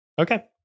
Okay